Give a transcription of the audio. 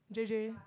J_J